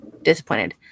Disappointed